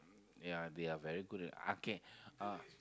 ya they are very good at okay